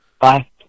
Bye